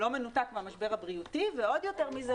לא מנותק מהמשבר הבריאותי ועוד יותר מזה,